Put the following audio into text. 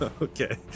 Okay